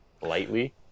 lightly